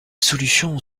solution